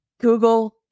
Google